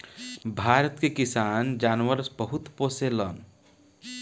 भारत के किसान जानवर बहुते पोसेलन